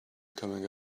coming